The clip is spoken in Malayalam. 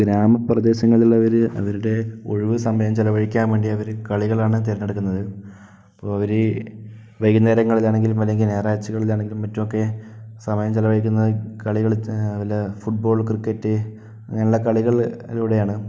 ഗ്രാമപ്രദേശങ്ങളിലുള്ളവര് അവരുടെ ഒഴിവ് സമയം ചെലവഴിക്കാൻ വേണ്ടിയവര് കളികളാണ് തിരഞ്ഞെടുക്കുന്നത് അപ്പോൾ അവര് വൈകുന്നേരങ്ങളിലാണെങ്കിലും അല്ലെങ്കിൽ ഞായറാഴ്ചകളിലാണെങ്കിലും മറ്റുവൊക്കെ സമയം ചെലവഴിക്കുന്ന കളികള് കളി വല്ല ഫുട് ബോള് ക്രിക്കറ്റ് അങ്ങനെയുള്ള കളികളിലൂടെയാണ്